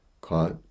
Caught